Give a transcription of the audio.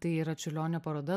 tai yra čiurlionio paroda